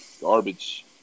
Garbage